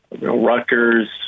Rutgers